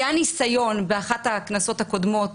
שהיה ניסיון באחת הכנסות הקודמות,